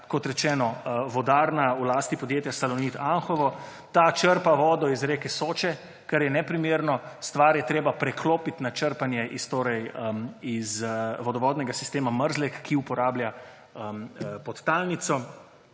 kot rečeno, vodarna v lasti podjetja Salonit Anhovo. To črpa vodo iz reke Soče, kar je neprimerno, stvar je treba preklopiti na črpanje iz vodovodnega sistema Mrzlek, ki uporablja podtalnico.